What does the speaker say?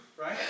right